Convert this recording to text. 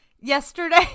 yesterday